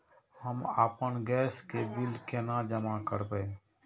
हम आपन गैस के बिल केना जमा करबे?